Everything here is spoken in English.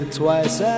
twice